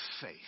Faith